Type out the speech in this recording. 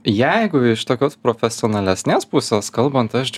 jeigu iš tokios profesionalesnės pusės kalbant aš